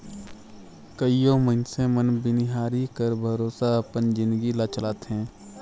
कइयो मइनसे मन बनिहारी कर भरोसा अपन जिनगी ल चलाथें